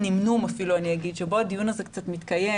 ואפילו אגיד הנמנום שבו הדיון הזה קצת מתקיים